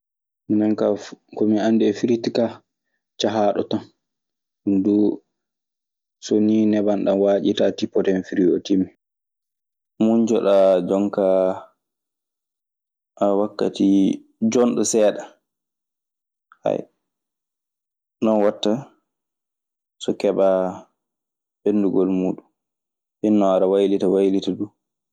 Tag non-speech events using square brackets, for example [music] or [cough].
Minen kaa komin anndi firiti kaa cahaaɗo tan, ɗum duu so nii nebanndan waaƴi a tipoto hen firiti oo timmi. Muncoɗaa jonkaa faa wakkati jonɗo seeɗa. [hesitation] non waɗta so keɓaa ɓenndugol muuɗun. Hinno aɗa waylita waylita duu.